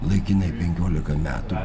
laikinai penkiolika metų